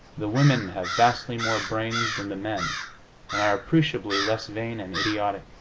the women have vastly more brains than the men and are appreciably less vain and idiotic.